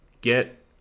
get